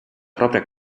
propria